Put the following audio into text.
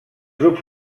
grups